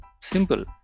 simple